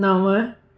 नव